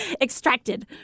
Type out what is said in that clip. Extracted